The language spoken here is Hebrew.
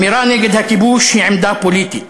אמירה נגד הכיבוש היא עמדה פוליטית.